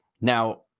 Now